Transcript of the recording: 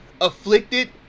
Afflicted